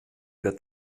wird